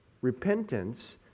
Repentance